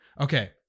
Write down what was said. Okay